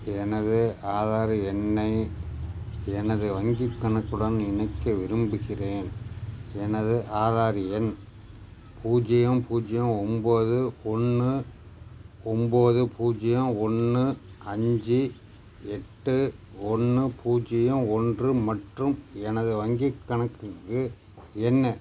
எனது ஆதார் எண்ணை எனது வங்கிக் கணக்குடன் இணைக்க விரும்புகின்றேன் எனது ஆதார் எண் பூஜ்ஜியம் பூஜ்ஜியம் ஒன்போது ஒன்று ஒன்போது பூஜ்ஜியம் ஒன்று அஞ்சு எட்டு ஒன்று பூஜ்ஜியம் ஒன்று மற்றும் எனது வங்கிக் கணக்குக்கு எ எண்ணு